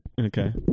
okay